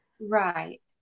Right